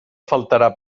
faltarà